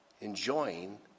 enjoying